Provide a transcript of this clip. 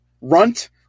runt